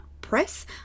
Press